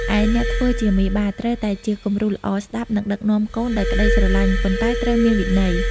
ឯអ្នកធ្វើជាមេបា ត្រូវតែជាគំរូល្អ ស្តាប់ និងដឹកនាំកូនដោយក្ដីស្រឡាញ់ ប៉ុន្តែត្រូវមានវិន័យ។